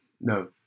No